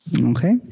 Okay